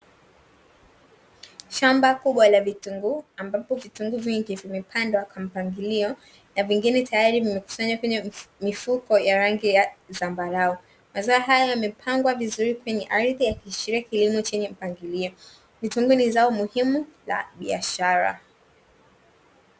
Shamba kubwa la vitunguu ambapo vitunguu vingi vimepandwa kwa mpangilio na vingine tayari vimekusanywa kwenye mifuko ya rangi ya zambarau. Mazao hayo yamepangwa vizuri kwenye ardhi yakiashiria kilimo chenye mpangilio. Vitunguu ni zao muhimu la biashara.